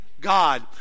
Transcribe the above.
God